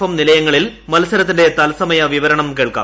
M നിലയങ്ങളിൽ മത്സരത്തിന്റെ തത്സമയ വിവരണം കേൾക്കാം